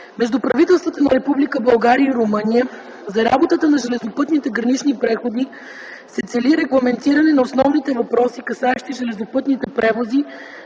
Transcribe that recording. между правителствата на Република България и Румъния за работата на железопътните гранични преходи се цели регламентиране на основните въпроси, касаещи железопътните превози